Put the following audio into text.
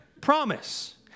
promise